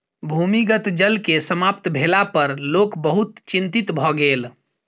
भूमिगत जल के समाप्त भेला पर लोक बहुत चिंतित भ गेल